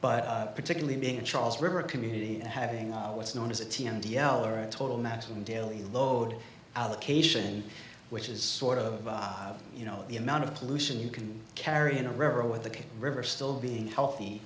but particularly being in charles river community and having what's known as a t n d l or a total maximum daily load allocation which is sort of you know the amount of pollution you can carry in a river with the river still being healthy